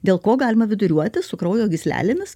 dėl ko galima viduriuoti su kraujo gyslelėmis